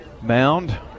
mound